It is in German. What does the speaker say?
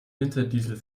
winterdiesel